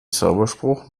zauberspruch